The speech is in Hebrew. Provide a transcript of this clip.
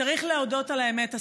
צריך להודות על האמת,